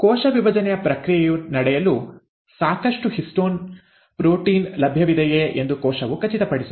ಕೋಶ ವಿಭಜನೆಯ ಪ್ರಕ್ರಿಯೆಯು ನಡೆಯಲು ಸಾಕಷ್ಟು ಹಿಸ್ಟೋನ್ ಪ್ರೋಟೀನ್ ಲಭ್ಯವಿದೆಯೆ ಎಂದು ಕೋಶವು ಖಚಿತಪಡಿಸುತ್ತದೆ